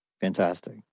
Fantastic